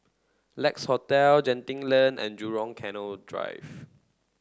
Lex Hotel Genting Lane and Jurong Canal Drive